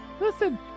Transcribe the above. Listen